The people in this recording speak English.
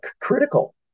critical